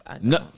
No